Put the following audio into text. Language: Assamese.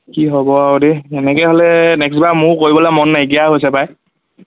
কি হ'ব আৰু দেই এনেকে হ'লে নেক্সটবাৰ মোৰ কৰিবলৈ মন নাইকিয়া হৈছে পাই